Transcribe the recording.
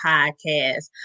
Podcast